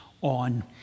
on